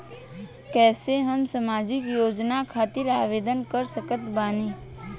कैसे हम सामाजिक योजना खातिर आवेदन कर सकत बानी?